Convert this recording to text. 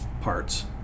parts